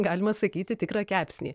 galima sakyti tikrą kepsnį